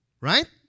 Right